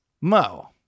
Mo